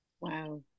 Wow